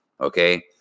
okay